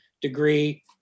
degree